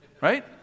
Right